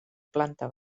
planta